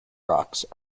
rocks